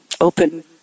Open